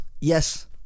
yes